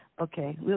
Okay